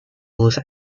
rulers